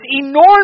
enormous